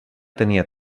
tenia